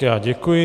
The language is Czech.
Já děkuji.